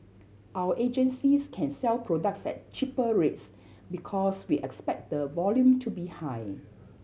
our agencies can sell products at cheaper rates because we expect the volume to be high